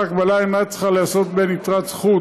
ההקבלה אינה צריכה להיעשות בין יתרת זכות